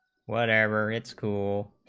whatever its cool